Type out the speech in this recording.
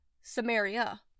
Samaria